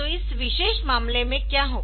तो इस विशेष मामले में क्या होगा